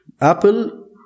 Apple